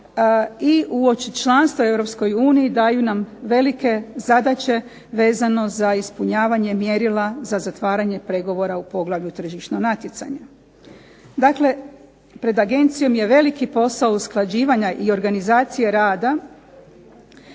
i uoči članstva EU daju nam velike zadaće vezano za ispunjavanje mjerila za zatvaranje pregovora u poglavlju tržišnog natjecanje. Dakle, pred agencijom je veliki posao usklađivanja i organizacije rada